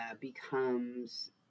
becomes